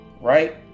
right